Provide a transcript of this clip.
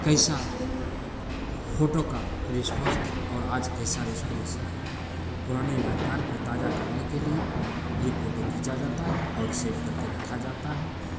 कैसा फ़ोटो का रिस्पॉन्स था और आज कैसा रिस्पॉन्स है पुरानी यादगार को ताजा करने के लिए ये फ़ोटो खीचा जाता है और सेव करके रखा जाता है